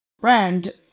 brand